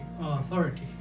authority